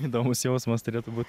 įdomus jausmas turėtų būt